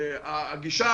הגישה,